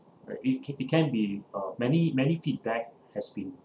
uh it c~ it can be uh many many feedback has been